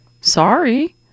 Sorry